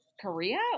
korea